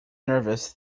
nervous